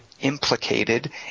implicated